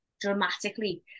dramatically